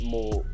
More